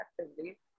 actively